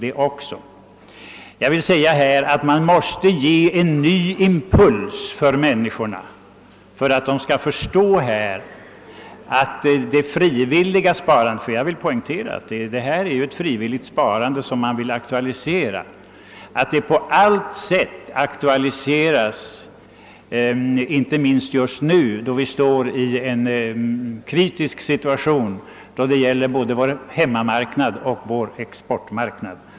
Herr talman! Det skall ges en ny impuls åt människorna, så att de förstår att det frivilliga sparandet — jag vill poängtera att vad som avses är ett frivilligt sparande — måste aktualiseras. Detta är inte minst viktigt i nuvarande kritiska situation — det gäller både vår hemmamarknad och vår exportmarknad.